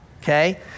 okay